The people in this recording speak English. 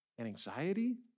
anxiety